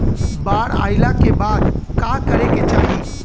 बाढ़ आइला के बाद का करे के चाही?